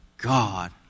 God